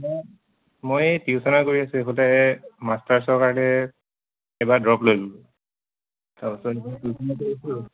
মই টিউশ্যনে কৰি আছোঁ মাষ্টাৰ্ছৰ কাৰণে এইবাৰ ড্ৰপ লৈ ল'লো তাৰপিছতই টিউশ্যন কৰি আছোঁ